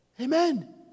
Amen